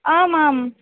आम् आम्